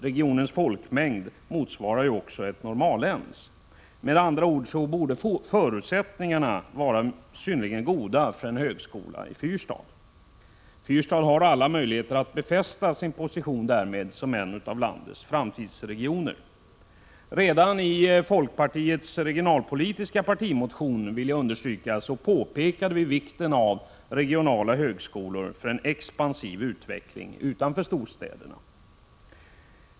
Regionens folkmängd uppgår till ett normalläns. Förutsättningarna borde således vara synnerligen goda för en högskola i Fyrstad. Fyrstad har därmed alla möjligheter att befästa sin position som en av landets framtidsregioner. Redan i folkpartiets regionalpolitiska partimotion påpekade vi vikten av regionala högskolor för en expansiv utveckling utanför storstäderna.